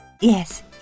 Yes